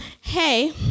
Hey